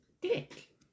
dick